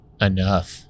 enough